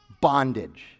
bondage